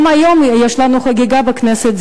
גם היום יש לנו חגיגה בכנסת,